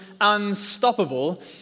Unstoppable